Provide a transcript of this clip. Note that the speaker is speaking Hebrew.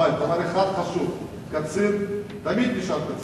אבל דבר אחד חשוב: קצין תמיד נשאר קצין.